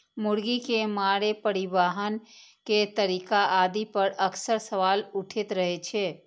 मुर्गी के मारै, परिवहन के तरीका आदि पर अक्सर सवाल उठैत रहै छै